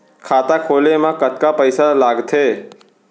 खाता खोले मा कतका पइसा लागथे?